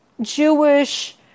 Jewish